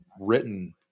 written